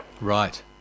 Right